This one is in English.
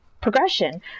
progression